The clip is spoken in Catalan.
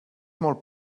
molt